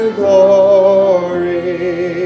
glory